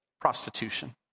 prostitution